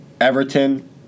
Everton